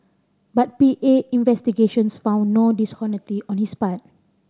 but P A investigations found no dishonesty on this part